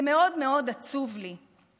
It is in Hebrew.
זה מאוד מאוד עצוב לי,